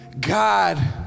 God